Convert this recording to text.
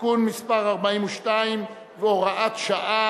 (תיקון מס' 42 והוראת שעה),